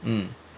mm